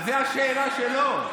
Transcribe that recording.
זאת השאלה שלו,